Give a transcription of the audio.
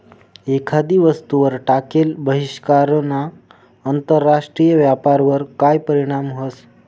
एखादी वस्तूवर टाकेल बहिष्कारना आंतरराष्ट्रीय व्यापारवर काय परीणाम व्हस?